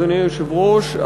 אדוני היושב-ראש,